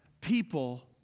people